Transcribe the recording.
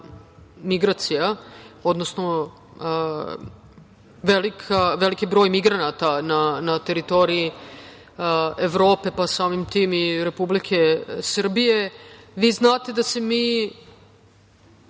migracija, odnosno veliki broj migranata na teritoriji Evrope, pa samim tim i Republike Srbije. Vi znate da se mi